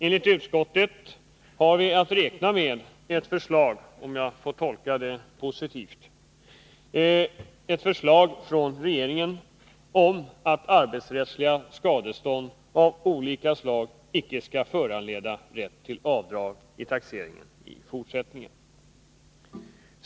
Enligt utskottets skrivning, om jag får tolka denna positivt, har vi att räkna med ett förslag från regeringen om att arbetsrättsliga skadestånd av olika slag i fortsättningen icke skall föranleda rätt till avdrag vid taxeringen.